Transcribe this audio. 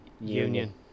union